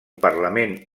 parlament